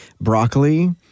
broccoli